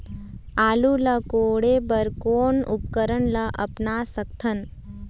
आलू ला कोड़े बर कोन उपकरण ला अपना सकथन?